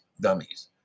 dummies